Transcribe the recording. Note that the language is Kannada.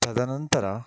ತದನಂತರ